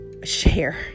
share